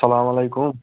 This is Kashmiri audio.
سلامُ علیکُم